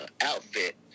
outfit